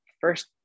first